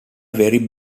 very